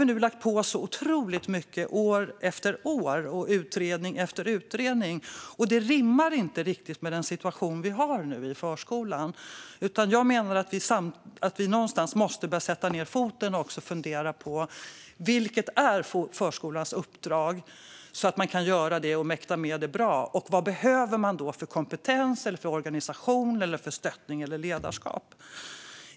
Vi har lagt på så otroligt mycket arbete år efter år och gjort utredning efter utredning, och det rimmar inte riktigt med den situation som nu är i förskolan. Jag menar att vi måste börja sätta ned foten och fundera på vad som är förskolans uppdrag, så att man kan utföra det och mäkta med det bra, och vad man då behöver för kompetens, organisation, stöttning eller ledarskap.